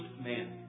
man